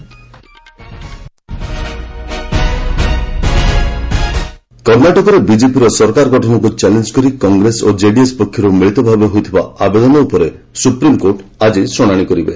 SC Karnataka କର୍ଣ୍ଣାଟକରେ ବିଜେପିର ସରକାର ଗଠନକୁ ଚ୍ୟାଲେଞ୍ଜ୍ କରି କଂଗ୍ରେସ ଓ ଜେଡିଏସ୍ ପକ୍ଷରୁ ମିଳିତ ଭାବେ ହୋଇଥିବା ଆବେଦନ ଉପରେ ସୁପ୍ରିମକୋର୍ଟ ଆଜି ଶୁଣାଣି କରିବେ